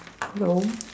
~lo